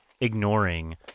ignoring